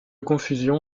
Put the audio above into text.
confusion